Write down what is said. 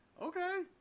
okay